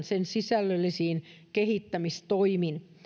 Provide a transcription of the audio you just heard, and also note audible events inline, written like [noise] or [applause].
[unintelligible] sen sisällöllisiin kehittämistoimiin tullaan tekemään